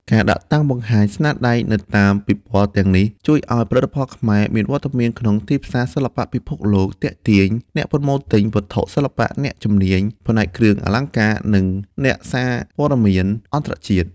ការដាក់តាំងបង្ហាញស្នាដៃនៅតាមពិព័រណ៍ទាំងនេះ ជួយឱ្យផលិតផលខ្មែរមានវត្តមានក្នុងទីផ្សារសិល្បៈពិភពលោក ទាក់ទាញ អ្នកប្រមូលទិញ វត្ថុសិល្បៈ អ្នកជំនាញ ផ្នែកគ្រឿងអលង្ការ និង អ្នកសារព័ត៌មានអន្តរជាតិ។